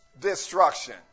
destruction